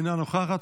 אינה נוכחת,